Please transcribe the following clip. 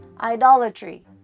idolatry